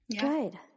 Good